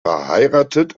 verheiratet